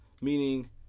Meaning